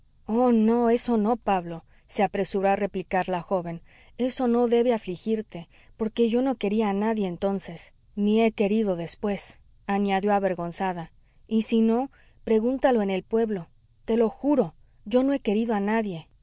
oh no eso no pablo se apresuró a replicar la joven eso no debe afligirte porque yo no quería a nadie entonces ni he querido después añadió avergonzada y si no pregúntalo en el pueblo te lo juro yo no he querido a nadie